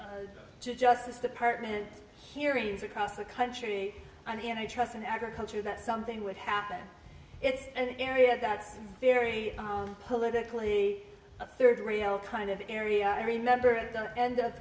just justice department hearings across the country and i trust in agriculture that something would happen it's an area that's very politically a third rail kind of area i remember at the end of